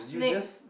next